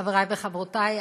חברי וחברותי,